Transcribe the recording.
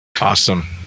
awesome